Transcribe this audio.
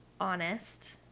honest